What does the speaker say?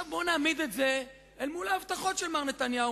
בואו נעמיד את זה מול ההבטחות של מר נתניהו.